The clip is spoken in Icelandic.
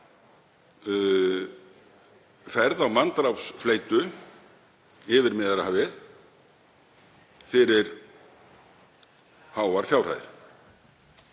ferð á manndrápsfleytu yfir Miðjarðarhafið fyrir háar fjárhæðir.